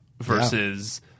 versus